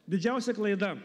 didžiausia klaida